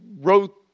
wrote